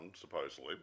supposedly